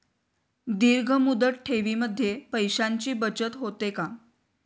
दीर्घ मुदत ठेवीमध्ये पैशांची बचत होते का?